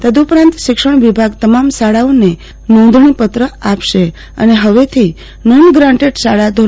તદુપરાંત શિક્ષણ વાભગ તમામ શાળાઓને નોંધણીપત્ર આપશે અને હવેથી નોન ગ્રાન્ટેડ શાળા ધો